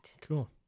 cool